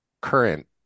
current